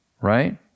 right